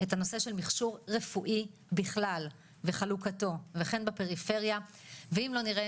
את הנושא של מכשור רפואי בכלל וחלוקתו וכן בפריפריה ואם לא נראה